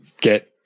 get